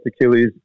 Achilles